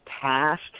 passed